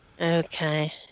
Okay